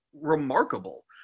remarkable